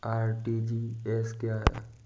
RTGS क्या है?